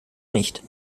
nicht